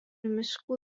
miškų